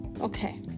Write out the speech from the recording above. Okay